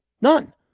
None